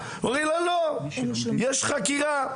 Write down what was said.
עם חקירות.